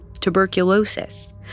tuberculosis